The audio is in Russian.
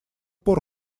пор